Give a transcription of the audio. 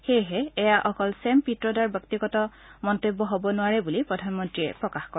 সেয়েহে এয়া অকল ছেম পিট্ৰোডাৰ ব্যক্তিগত মন্তব্য হব নোৱাৰে বুলি প্ৰধানমন্ত্ৰীয়ে প্ৰকাশ কৰে